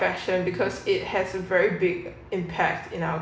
passion because it has a very big impact you know